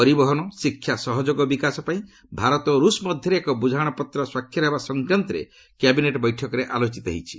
ପରିବହନ ଶିକ୍ଷା ସହଯୋଗ ବିକାଶ ପାଇଁ ଭାରତ ଓ ରୁଷ୍ ମଧ୍ୟରେ ଏକ ବୃଝାମଣା ପତ ସ୍କାକ୍ଷର ହେବା ସଂକାନ୍ତରେ କ୍ୟାବିନେଟ୍ ବୈଠକରେ ଆଲୋଚିତ ହୋଇଛି